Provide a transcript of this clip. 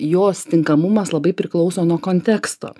jos tinkamumas labai priklauso nuo konteksto